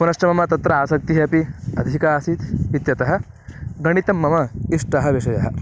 पुनश्च मम तत्र आसक्तिः अपि अधिका आसीत् इत्यतः गणितं मम इष्टः विषयः